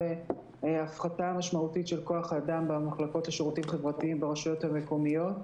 הפחתה משמעותית של כוח-אדם במחלקות לשירותים חברתיים ברשויות המקומיות,